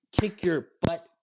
kick-your-butt